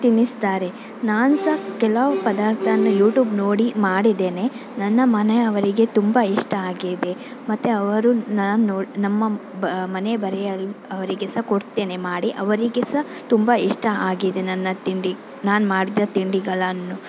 ತಿನ್ನಿಸ್ತಾರೆ ನಾನು ಸಹ ಕೆಲವು ಪದಾರ್ಥವನ್ನು ಯೂಟ್ಯೂಬ್ ನೋಡಿ ಮಾಡಿದ್ದೇನೆ ನನ್ನ ಮನೆಯವರಿಗೆ ತುಂಬ ಇಷ್ಟ ಆಗಿದೆ ಮತ್ತು ಅವರು ನಾನ್ ನೋ ನಮ್ಮ ಬ ಮನೆ ಬದಿಯವರಿಗೆ ಸಹ ಕೊಡ್ತೇನೆ ಮಾಡಿ ಅವರಿಗೆ ಸಹ ತುಂಬ ಇಷ್ಟ ಆಗಿದೆ ನನ್ನ ತಿಂಡಿ ನಾನು ಮಾಡಿದ ತಿಂಡಿಗಳನ್ನು